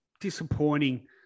disappointing